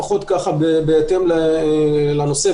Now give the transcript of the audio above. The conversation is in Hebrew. בהתאם לנושא,